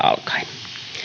alkaen